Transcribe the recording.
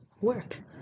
work